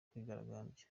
kwigaragambya